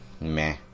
Meh